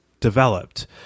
developed